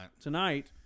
tonight